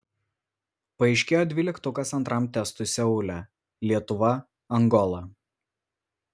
paaiškėjo dvyliktukas antram testui seule lietuva angola